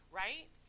right